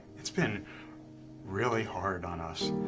it's been really hard on us.